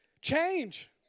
Change